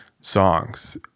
songs